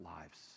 lives